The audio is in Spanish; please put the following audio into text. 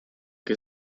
que